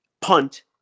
Punt